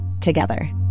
together